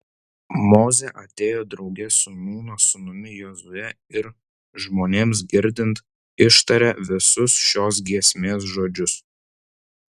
mozė atėjo drauge su nūno sūnumi jozue ir žmonėms girdint ištarė visus šios giesmės žodžius